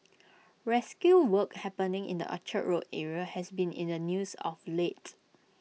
rescue work happening in the Orchard road area has been in the news of lates